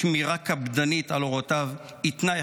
שמירה קפדנית על הוראותיו היא תנאי